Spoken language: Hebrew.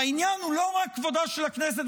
והעניין הוא לא רק כבודה של הכנסת,